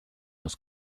los